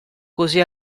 così